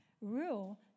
Rule